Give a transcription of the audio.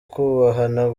kubahana